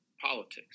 politics